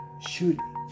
shooting